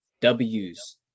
W's